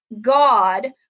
God